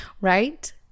Right